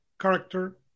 character